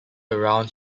around